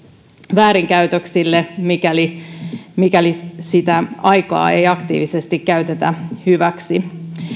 väärinkäytöksille mikäli mikäli sitä aikaa ei aktiivisesti käytetä hyväksi